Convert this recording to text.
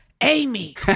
Amy